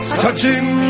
touching